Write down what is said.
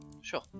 Sure